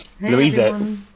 Louisa